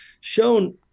shown